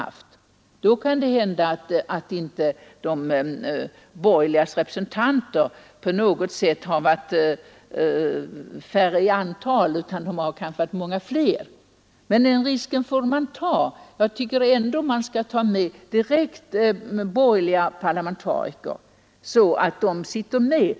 Hade vi gjort det kanske vi funnit att inte de borgerligas representanter varit färre i antal utan kanske många fler än socialdemokraternas. Men den risken får man ta. Jag tycker ändå att man i utredningar skall ha med borgerliga representanter, som är parlamentariskt utsedda.